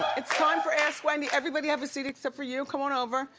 it's time for ask wendy. everybody have a seat except for you, come on over.